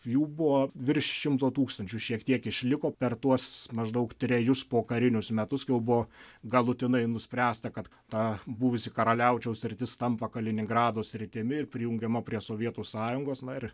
jų buvo virš šimto tūkstančių šiek tiek išliko per tuos maždaug trejus pokarinius metus kol buvo galutinai nuspręsta kad ta buvusi karaliaučiaus sritis tampa kaliningrado sritimi ir prijungiama prie sovietų sąjungos na ir